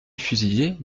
fusillés